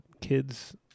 Kids